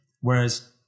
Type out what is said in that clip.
whereas